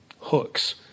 hooks